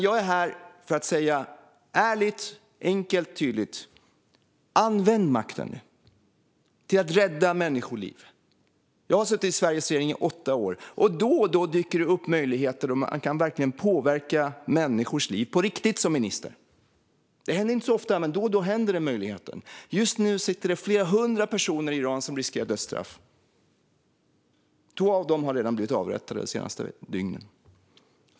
Jag är här för att säga - ärligt, enkelt och tydligt: Använd makten till att rädda människoliv! Jag har suttit i Sveriges regering i åtta år. Då och då dyker det upp möjligheter att verkligen påverka människors liv på riktigt som minister. Det händer inte så ofta, men då och då händer det. Just nu sitter det flera hundra personer i Iran som riskerar dödsstraff. Två har redan blivit avrättade det senaste dygnet.